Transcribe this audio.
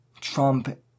Trump